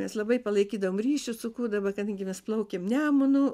mes labai palaikydavom ryšį su kudaba kadangi mes plaukėm nemunu